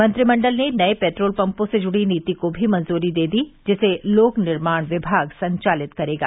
मंत्रिमंडल ने नये पेट्रोल पम्पों से जुड़ी नीति को भी मंजूरी दे दी जिसे लोकनिर्माण विभाग संचालित करेगा